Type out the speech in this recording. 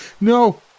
No